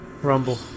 Rumble